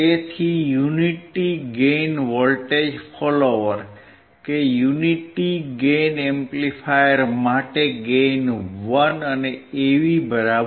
તેથી unity gain voltage follower કે unity gain amplifier માટે ગેઇન 1 અને AV 1